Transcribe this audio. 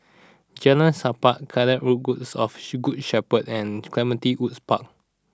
Jalan Sappan of Shepherd and Clementi Woods Park